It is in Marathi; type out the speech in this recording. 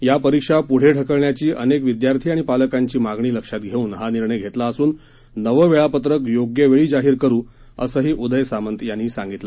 या परीक्षा प्ढे ढकलण्याची अनेक विदयार्थी आणि पालकांची मागणी लक्षात घेऊन हा निर्णय घेतला असून नवं वेळापत्रक योग्य वेळी जाहीर करू असही सामंत यांनी सांगितलं